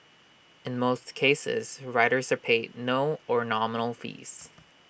in most cases writers are paid no or nominal fees